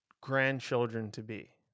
grandchildren-to-be